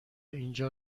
اینجا